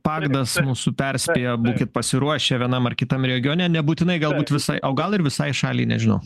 pavydas mūsų perspėja būkit pasiruošę vienam ar kitam regione nebūtinai galbūt visai o gal ir visai šaliai nežinau